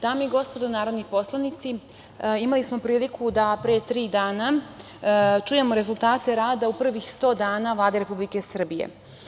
Dame i gospodo narodni poslanici, imali smo priliku da pre tri dana čujemo rezultate rada u prvih sto dana Vlade Republike Srbije.